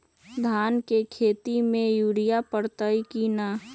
धान के खेती में यूरिया परतइ कि न?